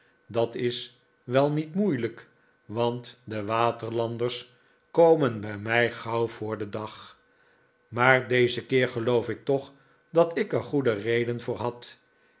dat is wel niet moeilijk want de waterlanders komen bij mij gauw voor den dag maar dezen keer geloof ik toch dat ik er goede reden voor had